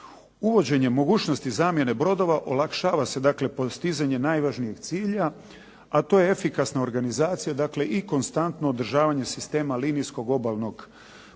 Uvođenjem mogućnosti zamjene brodova olakšava se postizanje najvažnijeg cilja a to je efikasna organizacija i konstantno održavanje sistema linijskog obalnog pomorskog